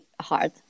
hard